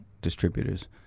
distributors